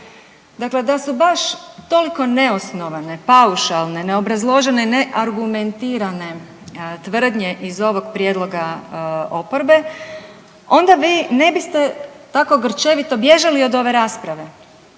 Dakle, da su baš toliko neosnovane, paušalne, neobrazložene i neargumentirane tvrdnje iz ovog prijedloga oporbe onda vi ne biste tako grčevito bježali od ove rasprave,